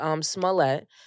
Smollett